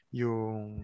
yung